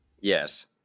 Yes